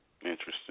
Interesting